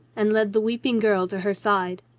and led the weeping girl to her side.